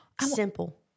simple